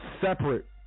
separate